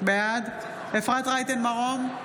בעד אפרת רייטן מרום,